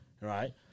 Right